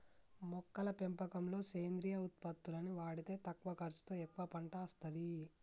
మొక్కల పెంపకంలో సేంద్రియ ఉత్పత్తుల్ని వాడితే తక్కువ ఖర్చుతో ఎక్కువ పంట అస్తది